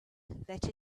that